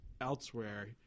elsewhere